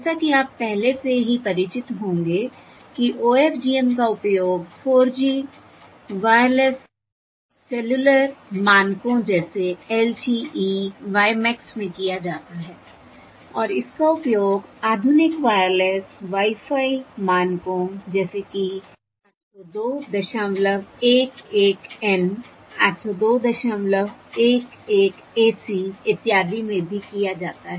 जैसा कि आप पहले से ही परिचित होंगे कि OFDM का उपयोग 4G वायरलेस सेलुलर मानकों जैसे LTE WiMAX में किया जाता है और इसका उपयोग आधुनिक वायरलेस Wi Fi मानकों जैसे कि 80211N 80211AC इत्यादि में भी किया जाता है